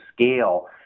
scale